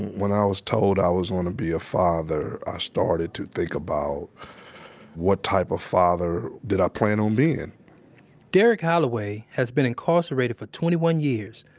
when i was told i was going to be a father, i ah started to think about what type of father did i plan on being derrick holloway has been incarcerated for twenty one years.